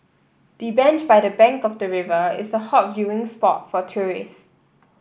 the bench by the bank of the river is a hot viewing spot for tourist